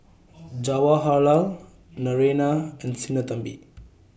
Jawaharlal Naraina and Sinnathamby